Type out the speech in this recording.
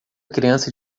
criança